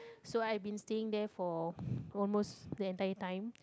so I have been staying there for almost the entire time